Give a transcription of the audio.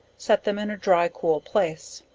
set them in a dry cool place.